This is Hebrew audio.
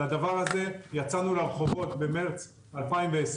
בגלל הדבר הזה יצאנו לרחובות במרץ 2020,